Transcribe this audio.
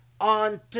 On